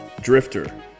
Drifter